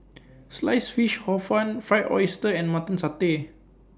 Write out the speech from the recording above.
Sliced Fish Hor Fun Fried Oyster and Mutton Satay